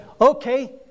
okay